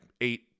eight